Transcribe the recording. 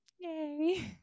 Yay